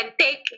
take